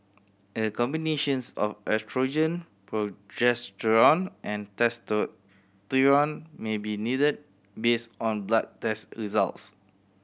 a combinations of oestrogen progesterone and may be needed based on blood test results